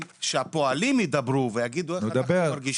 כשהפועלים ידברו ויגידו איך הם מרגישים --- נו,